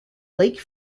lake